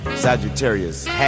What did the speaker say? Sagittarius